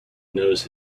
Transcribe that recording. knows